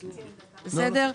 בסדר?